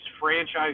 franchise